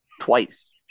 twice